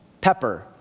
pepper